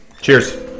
Cheers